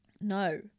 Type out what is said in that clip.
no